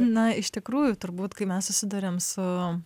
na iš tikrųjų turbūt kai mes susiduriam su